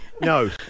No